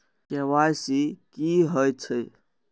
KYC की हे छे?